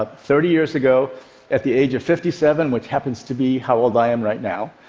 ah thirty years ago at the age of fifty seven, what happens to be how old i am right now,